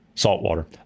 Saltwater